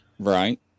Right